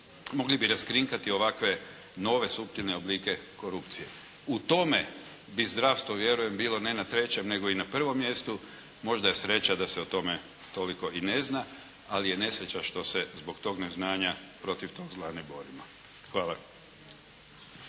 mogli bi raskrinkati ovakve nove suptilne oblike korupcije. U tome bi zdravstvo vjerujem bilo ne na trećem, nego i na prvom mjestu. Možda je sreća da se o tome toliko i ne zna, ali je nesreća što se zbog tog neznanja protiv tog zla ne borimo. Hvala.